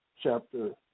chapter